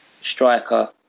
striker